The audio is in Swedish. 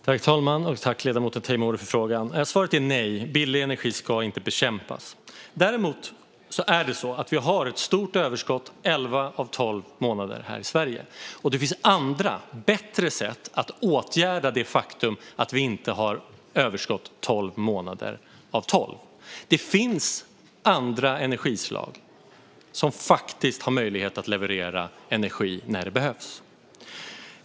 Fru talman! Tack, ledamoten Teimouri, för frågan! Svaret är nej. Billig energi ska inte bekämpas. Däremot har vi ett stort överskott elva av tolv månader här i Sverige. Och det finns andra, bättre, sätt att åtgärda det faktum att vi inte har överskott tolv månader av tolv. Det finns andra energislag som har möjlighet att leverera energi när det behövs.